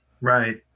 Right